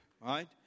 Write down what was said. right